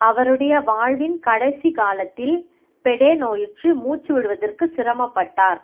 அவருடைய வாழ்வின் கடைசி காலத்தில் பெடே நோயுற்று மூச்சு விடுவதற்கு சிரமப்பட்டார்